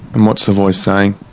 and what's the voice saying?